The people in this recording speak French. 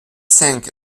cinq